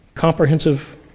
comprehensive